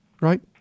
right